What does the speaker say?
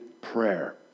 prayer